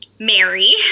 Mary